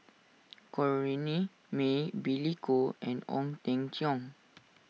Corrinne May Billy Koh and Ong Teng Cheong